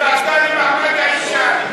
מי נגד?